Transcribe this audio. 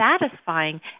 satisfying